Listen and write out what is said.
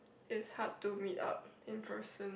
it's hard to meet up in person